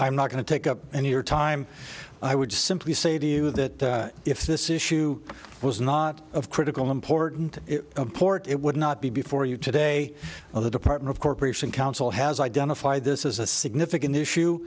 i'm not going to take up any your time i would simply say to you that if this issue was not of critical important port it would not be before you today or the department of corporation counsel has identified this as a significant issue